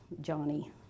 Johnny